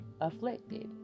afflicted